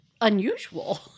unusual